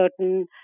certain